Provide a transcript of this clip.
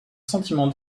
sentiment